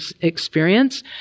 experience